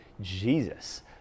Jesus